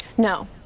No